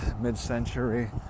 mid-century